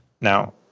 Now